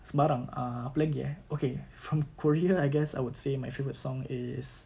sebarang ah apa lagi eh okay from korea I guess I would say my favourite song is